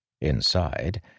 Inside